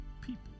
people